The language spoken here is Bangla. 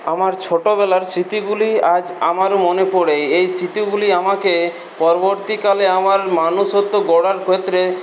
আমার ছোটবেলার স্মৃতিগুলি আজ আমারও মনে পড়ে এই স্মৃতিগুলি আমাকে পরবর্তীকালে আমার মনুষ্যত্ব গড়ার ক্ষেত্রে